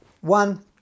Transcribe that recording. one